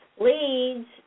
leads